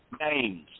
names